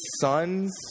sons